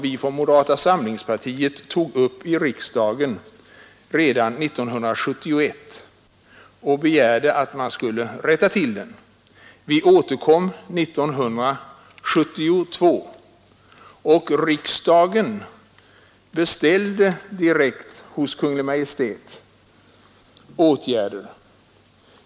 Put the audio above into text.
Vi från moderata samlingspartiet tog upp denna fråga i riksdagen redan 1971 och begärde att man skulle rätta till saken Vi återkom 1972, och riksdagen beställde då direkt hos Kungl. Maj:t åtgärder.